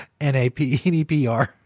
NAPEDPR